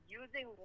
using